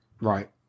right